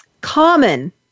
common